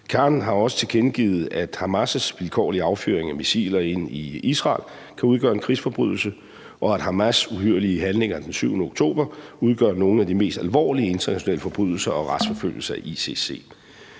Khan har også tilkendegivet, at Hamas' vilkårlige affyringer af missiler ind i Israel kan udgøre en krigsforbrydelse, og at Hamas' uhyrlige handlinger den 7. oktober udgør nogle af de mest alvorlige internationale forbrydelser og retsforfølges af ICC.